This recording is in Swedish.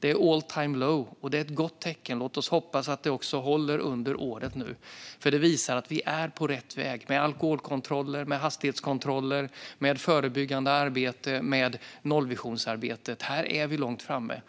Det är all-time-low, och det är ett gott tecken. Låt oss hoppas att det håller under året nu, för det visar att vi är på rätt väg, med alkoholkontroller, hastighetskontroller, förebyggande arbete och nollvisionsarbetet. Här är vi långt framme.